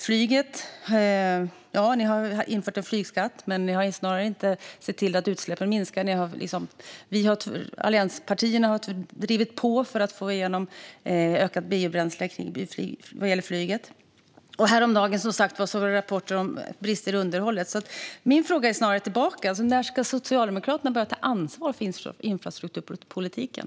När det gäller flyget har ni infört en flygskatt, men ni har inte sett till att utsläppen minskar. Allianspartierna har drivit på för att få igenom ökad användning av biobränsle vad gäller flyget. Häromdagen kom det också rapporter om brister i underhållet. Min fråga tillbaka är: När ska Socialdemokraterna börja ta ansvar för infrastrukturpolitiken?